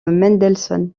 mendelssohn